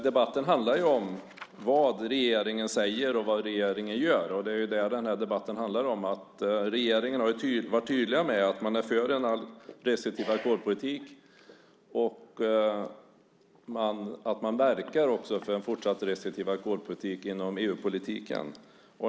Debatten handlar ju om vad regeringen säger och vad regeringen gör. Regeringen har varit tydlig med att man är för en restriktiv alkoholpolitik och att man också verkar för en fortsatt restriktiv alkoholpolitik inom EU-politiken.